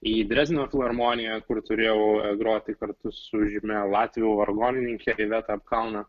į drezdeno filharmoniją kur turėjau groti kartu su žymia latvių vargonininke iveta kalna